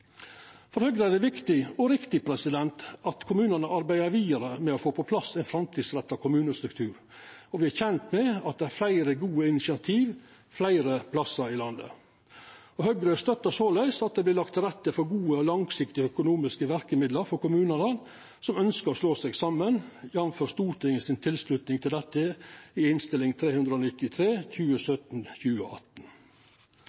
riktig at kommunane arbeider vidare med å få på plass ein framtidsretta kommunestruktur. Me er kjende med at det er fleire gode initiativ fleire plassar i landet. Høgre støttar såleis at det vert lagt til rette for gode og langsiktige økonomiske verkemiddel for kommunar som ønskjer å slå seg saman, jf. Stortingets tilslutning til dette i Innst. 393